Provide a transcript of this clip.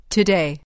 Today